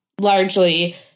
largely